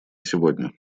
сегодня